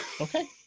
Okay